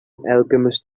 alchemist